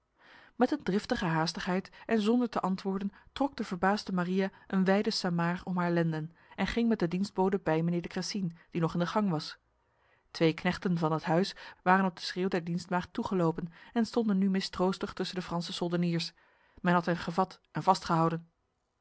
met een driftige haastigheid en zonder te antwoorden trok de verbaasde maria een wijde samaar om haar lenden en ging met de dienstbode bij mijnheer de cressines die nog in de gang was twee knechten van het huis waren op de schreeuw der dienstmaagd toegelopen en stonden nu mistroostig tussen de franse soldeniers men had hen gevat en vastgehouden